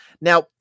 Now